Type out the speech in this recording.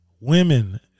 women